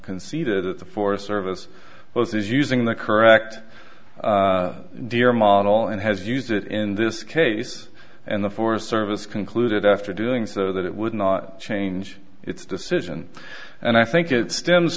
conceded that the forest service was using the correct deer model and has used it in this case and the forest service concluded after doing so that it would not change its decision and i think it stems